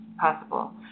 possible